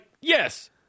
yes